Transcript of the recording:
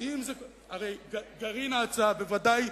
הרי גרעין ההצעה בוודאי,